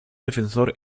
defensor